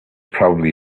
probably